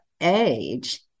age